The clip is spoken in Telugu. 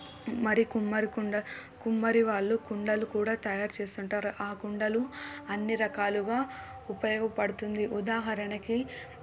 మరి కుమ్మరి కుండ కుమ్మరి వాళ్ళు కుండలు కూడా తయారు చేసుంటారు ఆ కుండలు అన్నీ రకాలుగా ఉపయోగపడుతుంది ఉదాహరణకి